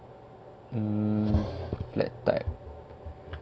mm flat type